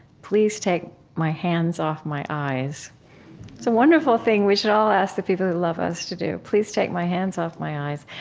please take my hands off my eyes. it's a wonderful thing we should all ask the people who love us to do please take my hands off my eyes.